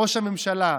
ראש הממשלה,